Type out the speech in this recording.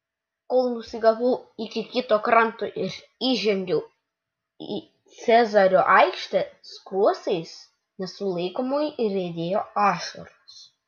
kol nusigavau iki kito kranto ir įžengiau į cezario aikštę skruostais nesulaikomai riedėjo ašaros